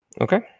Okay